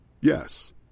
Yes